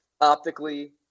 optically